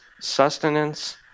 sustenance